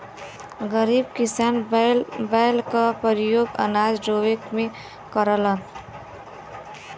गरीब किसान बैल क परियोग अनाज ढोवे में करलन